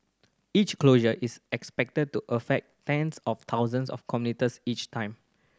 each closure is expected to affect tens of thousands of commuters each time